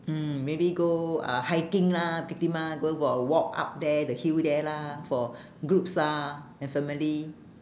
mm maybe go uh hiking lah bukit timah going for a walk up there the hill there lah for groups ah and family